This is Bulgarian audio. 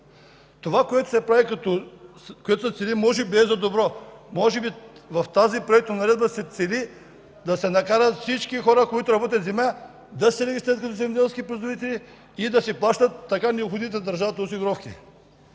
Това, което се цели, може би е за добро. Може би в тази проектонаредба се цели да се накарат всички хора, които работят земя, да се регистрират като земеделски производители и да си плащат така необходимите на държавата осигуровки.